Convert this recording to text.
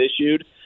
issued